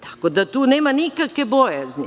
Tako da tu nema nikakve bojazni.